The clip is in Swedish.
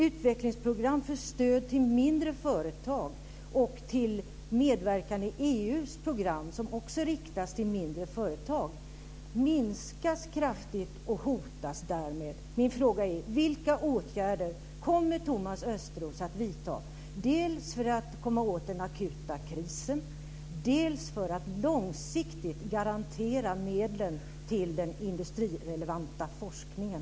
Utvecklingsprogram för stöd till mindre företag och till medverkande i EU:s program, som också riktas till mindre företag, minskas kraftigt och hotas därmed. Min fråga är: Vilka åtgärder kommer Thomas Östros att vidta dels för att komma åt den akuta krisen, dels för att långsiktigt garantera medlen till den industrirelevanta forskningen?